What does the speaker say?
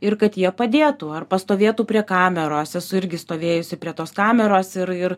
ir kad jie padėtų ar pastovėtų prie kameros esu irgi stovėjusi prie tos kameros ir ir